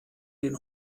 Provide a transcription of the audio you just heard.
den